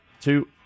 two